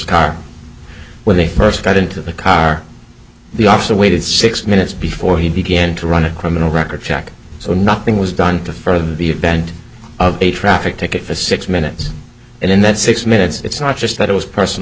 car when they first got into the car the officer waited six minutes before he began to run a criminal record check so nothing was done to further the event of a traffic ticket for six minutes and in that six minutes it's not just that it was personal